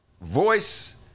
voice